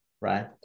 right